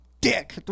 dick